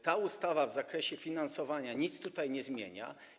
Ta ustawa w zakresie finansowania nic tutaj nie zmienia.